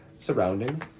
surrounding